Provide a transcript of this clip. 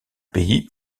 pays